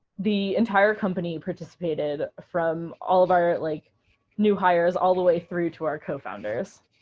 the entire company participated, from all of our like new hires, all the way through to our co-founders.